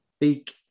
big